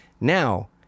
Now